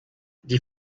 die